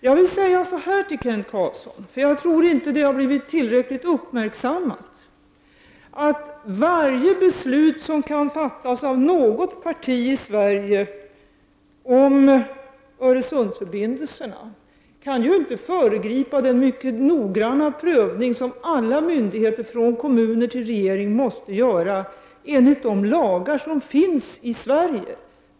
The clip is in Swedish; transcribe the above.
Jag tror inte att det har blivit tillräckligt uppmärksammat, Kent Carlsson, att inte något parti i Sverige kan fatta ett beslut om Öresundsförbindelserna som föregriper den mycket noggranna prövning som alla myndigheter från kommun till regering måste göra enligt de lagar som finns i Sverige.